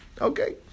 Okay